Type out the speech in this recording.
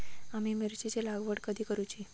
आम्ही मिरचेंची लागवड कधी करूची?